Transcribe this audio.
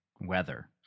weather